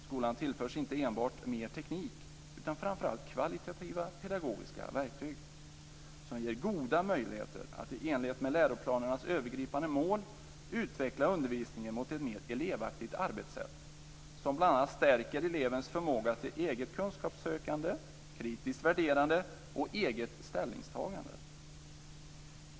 Skolan tillförs inte enbart mer teknik utan, och framför allt, också kvalitativa pedagogiska verktyg som ger goda möjligheter att i enlighet med läroplanernas övergripande mål utveckla undervisningen mot ett mer elevaktigt arbetssätt som bl.a. stärker elevens förmåga till eget kunskapssökande, kritiskt värderande och eget ställningstagande.